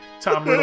Tom